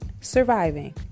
surviving